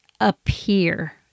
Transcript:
appear